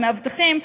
המאבטחים,